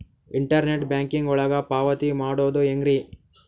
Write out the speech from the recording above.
Internet banking ಒಳಗ ಪಾವತಿ ಮಾಡೋದು ಹೆಂಗ್ರಿ?